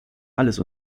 alles